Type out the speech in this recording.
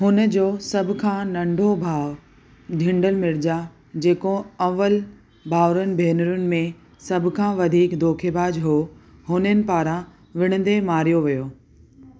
हुनजो सभु खां नंढो भाउ हिंडल मिर्ज़ा जेको अवल भाउरनि भेनरनि में सभु खां वधीक दोखेबाज हो हुननि पारां विढ़ंदे मारियो वियो